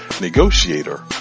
negotiator